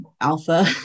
alpha